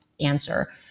answer